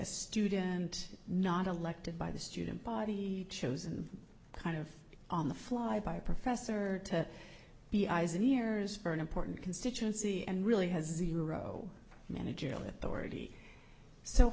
a student not elected by the student body chosen kind of on the fly by a professor to be eyes and ears for an important constituency and really has zero managerial authority so